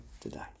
today